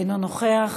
אינו נוכח.